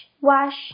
wash